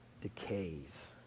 decays